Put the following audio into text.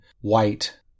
White